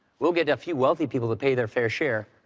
we'll get a few wealthy people to pay their fair share,